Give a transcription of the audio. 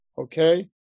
Okay